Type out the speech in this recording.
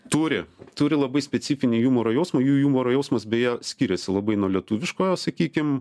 turi turi labai specifinį jumoro jausmo jų jumoro jausmas beje skiriasi labai nuo lietuviško sakykim